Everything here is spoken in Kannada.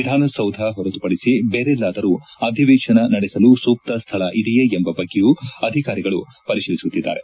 ವಿಧಾನಸೌಧ ಹೊರತುಪಡಿಸಿ ಬೇರೆಲ್ಲಾದರೂ ಅಧಿವೇಶನ ನಡೆಸಲು ಸೂಕ್ತ ಸ್ಥಳ ಇದೆಯೇ ಎಂಬ ಬಗ್ಗೆಯೂ ಅಧಿಕಾರಿಗಳು ಪರಿಶೀಲಿಸುತ್ತಿದ್ದಾರೆ